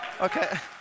Okay